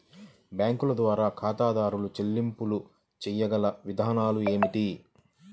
బ్యాంకుల ద్వారా ఖాతాదారు చెల్లింపులు చేయగల విధానాలు ఏమిటి?